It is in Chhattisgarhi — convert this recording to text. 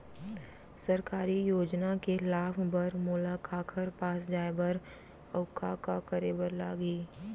सरकारी योजना के लाभ बर मोला काखर पास जाए बर अऊ का का करे बर लागही?